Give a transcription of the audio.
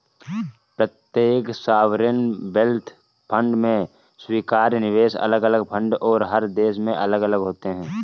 प्रत्येक sovereign wealth fund में स्वीकार्य निवेश अलग अलग फंड और हर देश में अलग अलग होते हैं